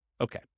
Okay